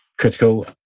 critical